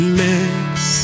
less